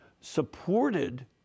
supported